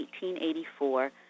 1884